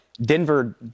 Denver